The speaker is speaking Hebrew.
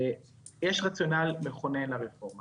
לרפורמה